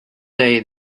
day